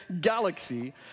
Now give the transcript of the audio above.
galaxy